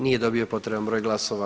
Nije dobio potreban broj glasova.